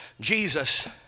Jesus